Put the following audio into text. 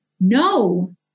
No